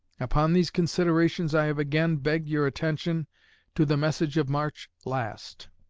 upon these considerations i have again begged your attention to the message of march last.